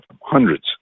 hundreds